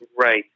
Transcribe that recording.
right